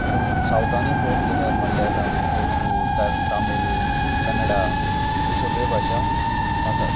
पूण सावथानूय पळोवंक गेल्यार मलया तेलुगू त तामील कन्नडा ह्यो सगळी भाशा आसात